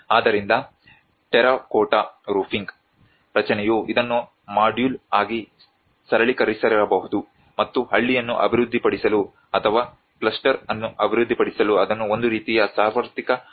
ಆದ್ದರಿಂದ terracotta roofing ರಚನೆಯು ಇದನ್ನು ಮಾಡ್ಯೂಲ್ ಆಗಿ ಸರಳೀಕರಿಸಿರಬಹುದು ಮತ್ತು ಹಳ್ಳಿಯನ್ನು ಅಭಿವೃದ್ಧಿಪಡಿಸಲು ಅಥವಾ ಕ್ಲಸ್ಟರ್ ಅನ್ನು ಅಭಿವೃದ್ಧಿಪಡಿಸಲು ಅದನ್ನು ಒಂದು ರೀತಿಯ ಸಾರ್ವತ್ರಿಕ ಪರಿಹಾರವಾಗಿ ಪ್ರಸ್ತಾಪಿಸುತ್ತದೆ